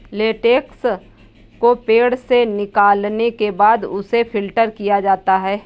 latex को पेड़ से निकालने के बाद उसे फ़िल्टर किया जाता है